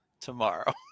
tomorrow